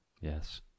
Yes